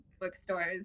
bookstores